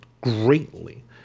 greatly